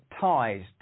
ties